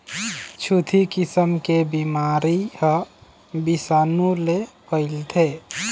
छुतही किसम के बिमारी ह बिसानु ले फइलथे